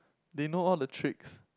do you know all the tricks